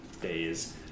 day's